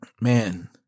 man